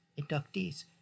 inductees